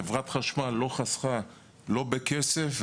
חברת חשמל לא חסכה לא בכסף,